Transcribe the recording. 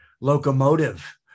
locomotive